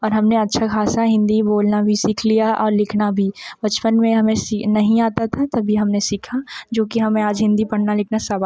और हमने अच्छा खासा हिंदी बोलना भी सीख लिया और लिखना भी बचपन में हमें सी नहीं आता था तभी हमने सीखा जो कि आज हमें हिंदी पढ़ना लिखना सब आ